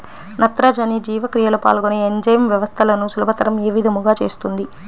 నత్రజని జీవక్రియలో పాల్గొనే ఎంజైమ్ వ్యవస్థలను సులభతరం ఏ విధముగా చేస్తుంది?